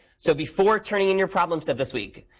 so before turning and your problems set this week,